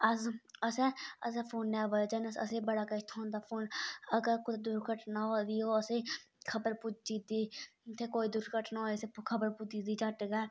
अस असें असें फोने वजहा ने असें बड़ा किश थ्होंदा अगर कूदे दुर्घटना होआ दी ओह् असें खबर पुज्जी दी इत्थें कोई दूर्घटना होए असेंगी खबर पुज्जी दी झट्ट गै